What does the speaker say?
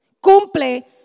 cumple